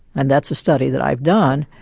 and that's a study that i've done,